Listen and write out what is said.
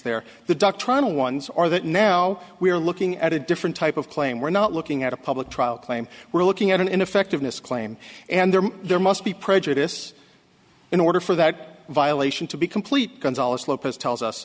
there the doctrinal ones are that now we're looking at a different type of claim we're not looking at a public trial claim we're looking at an ineffectiveness claim and there there must be prejudice in order for that violation to be complete gonzales lopez tells us